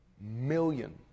million